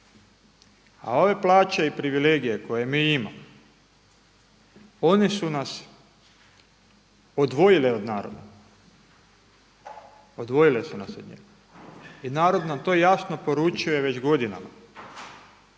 A ove plaće i privilegije koje mi imamo one su nas odvojile od naroda. Odvojile su nas od njega i narod nam to jasno poručuje već godinama.